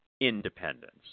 independence